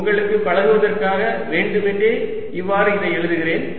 உங்களுக்கு பழகுவதற்காக வேண்டுமென்றே இவ்வாறு இதை எழுதுகிறேன்